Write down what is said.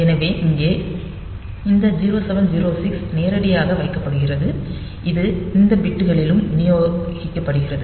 எனவே இங்கே இந்த 0706 நேரடியாக வைக்கப்படுகிறது இது இந்த பிட்களிலும் விநியோகிக்கப்படுகிறது